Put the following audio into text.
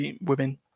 women